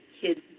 kid's